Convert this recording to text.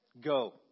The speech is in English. Go